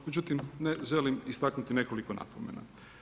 Međutim, želim istaknuti nekoliko napomena.